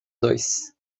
dois